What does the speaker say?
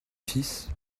fils